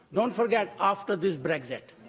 don't forget, after this brexit.